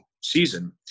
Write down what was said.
season